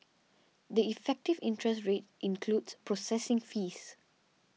the effective interest rate includes processing fees